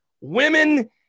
women